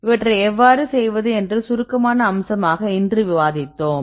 இவற்றை எவ்வாறு செய்வது என்று சுருக்கமான அம்சமாக இன்று விவாதித்தோம்